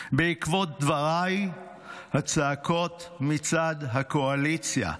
בעקבות דבריי הצעקות כלפיי מצד הקואליציה,